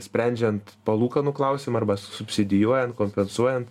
sprendžiant palūkanų klausimą arba subsidijuojant kompensuojant